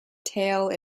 tale